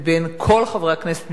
מבין כל חברי הכנסת,